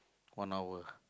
one hour